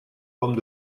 pommes